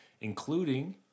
including